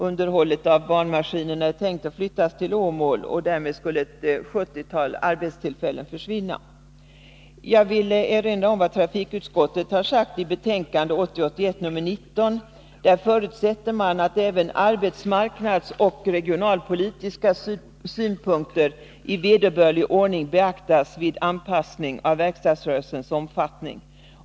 Underhållet av banmaskinerna tänker man flytta till Åmål. Därmed skulle ett sjuttiotal arbetstillfällen försvinna. Jag vill erinra om vad trafikutskottet sade i sitt betänkande 1980/81:19. Utskottet förutsatte då att ”även arbetsmarknadsoch regionalpolitiska synpunkter i vederbörlig mån beaktas” vid anpassningen av verkstadsrörelsens omfattning.